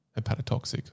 hepatotoxic